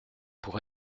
pour